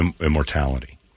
immortality